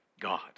God